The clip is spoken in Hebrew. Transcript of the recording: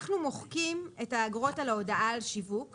אנחנו מוחקים את האגרות על ההודעה על שיווק,